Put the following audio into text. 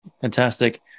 Fantastic